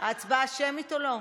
הצבעה שמית או לא?